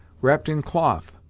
wrapped in cloth,